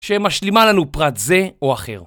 שמשלימה לנו פרט זה או אחר.